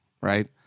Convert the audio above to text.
right